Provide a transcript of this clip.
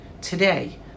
today